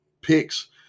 picks